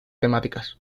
temáticas